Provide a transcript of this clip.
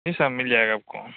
جی صاحب مل جائے گا آپ کو